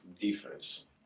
defense